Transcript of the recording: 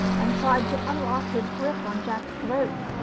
and tried to unlock his grip on jack's throat.